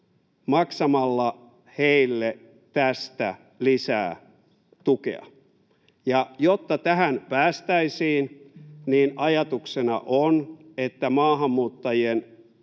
maksamalla heille tästä lisää tukea. Jotta tähän päästäisiin, ajatuksena on, että maahanmuuttajien